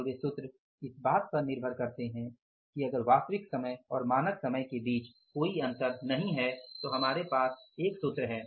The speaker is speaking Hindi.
और वे सूत्र इस बात पर निर्भर करते हैं कि अगर वास्तविक समय और मानक समय के बीच कोई अंतर नहीं है तो हमारे पास 1 सूत्र है